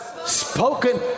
Spoken